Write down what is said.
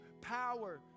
power